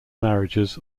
marriages